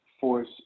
force